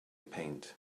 paint